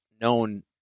known